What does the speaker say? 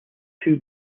two